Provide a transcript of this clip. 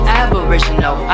aboriginal